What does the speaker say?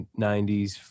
90s